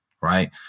right